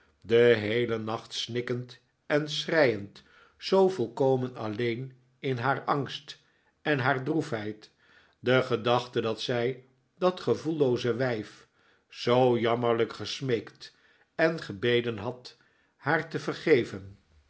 den heelen nacht snikkend en schreiend zoo volkomen alleen in haar angst en haar droefheid de gedachte dat zij dat gevoellooze wijf zoo jammerlijk gesmeekt en gebeden had haar te vergeven